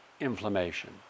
inflammation